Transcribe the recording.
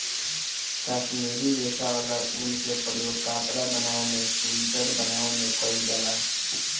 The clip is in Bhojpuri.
काश्मीरी रेशा वाला ऊन के प्रयोग कपड़ा बनावे में सुइटर बनावे में कईल जाला